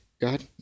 god